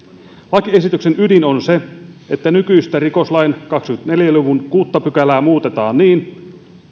lakiesityksen ydin on se että nykyistä rikoslain kahdenkymmenenneljän luvun kuudetta pykälää muutetaan niin